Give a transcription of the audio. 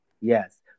Yes